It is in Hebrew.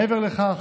מעבר לכך,